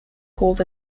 called